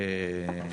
הלימודים.